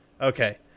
Okay